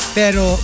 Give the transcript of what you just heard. pero